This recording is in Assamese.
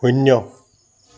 শূন্য